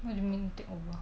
what do you mean to take over